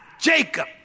Jacob